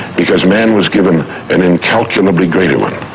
because man was given an incalculably greater one.